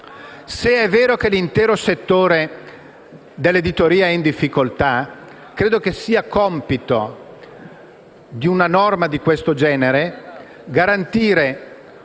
Se è vero che l'intero settore dell'editoria è in difficoltà, credo sia compito di una norma di questo genere garantire